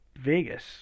Vegas